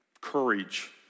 courage